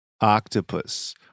octopus